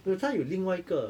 没有他有另外一个